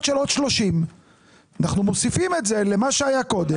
של עוד 30. אנחנו מוסיפים את זה למה שהיה קודם.